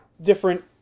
different